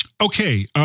Okay